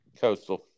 Coastal